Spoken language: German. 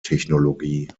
technologie